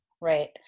Right